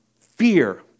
fear